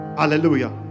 hallelujah